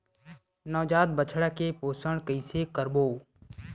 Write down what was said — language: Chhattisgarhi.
नवजात बछड़ा के पोषण कइसे करबो?